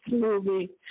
movie